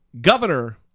governor